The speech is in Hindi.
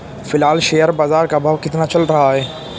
फिलहाल शेयर बाजार का भाव कितना चल रहा है?